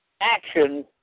action